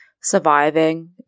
surviving